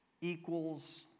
equals